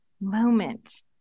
moment